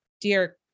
dear